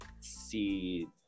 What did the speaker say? see